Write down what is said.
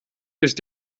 ist